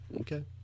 Okay